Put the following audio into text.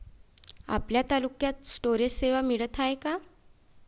आपल्या तालुक्यात स्टोरेज सेवा मिळत हाये का?